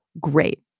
great